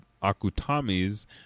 akutami's